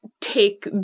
take